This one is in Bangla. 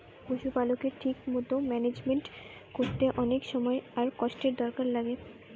পশুপালকের ঠিক মতো ম্যানেজমেন্ট কোরতে অনেক সময় আর কষ্টের দরকার লাগে